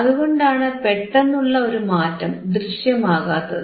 അതുകൊണ്ടാണ് പെട്ടെന്നുള്ള ഒരു മാറ്റം ദൃശ്യമാകാത്തത്